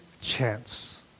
chance